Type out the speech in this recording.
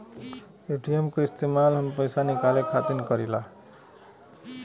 ATM क इस्तेमाल हम पइसा निकाले खातिर करीला